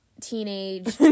teenage